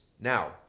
Now